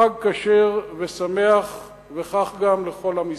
חג כשר ושמח, וכך גם לכל עם ישראל.